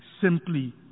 simply